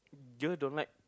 girl don't like